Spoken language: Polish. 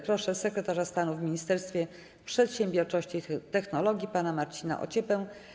Proszę sekretarza stanu w Ministerstwie Przedsiębiorczości i Technologii pana Marcina Ociepę.